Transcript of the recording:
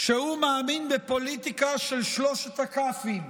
שהוא מאמין בפוליטיקה של שלושת הכ"פים: